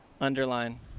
underline